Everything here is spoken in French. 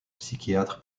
psychiatre